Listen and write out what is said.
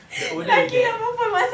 the older you get